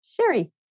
Sherry